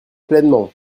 pleinement